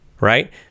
Right